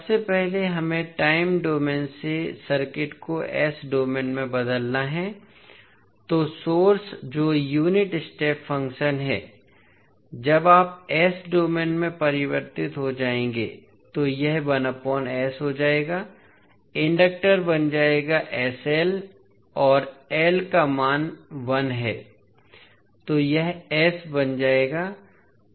सबसे पहले हमें टाइम डोमेन से सर्किट को S डोमेन में बदलना है तो सोर्स जो यूनिट स्टेप फ़ंक्शन है जब आप S डोमेन में परिवर्तित हो जाएंगे तो यह हो जाएगा इंडक्टर बन जाएगा और का मान 1 है तो यह s बन जाएगा